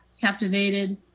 captivated